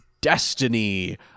destiny